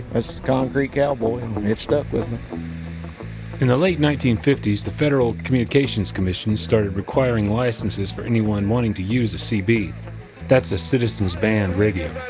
concrete cowboy and it stuck with and late nineteen fifty s, the federal communications commission started requiring licenses for anyone wanting to use a cb that's a citizens band radio.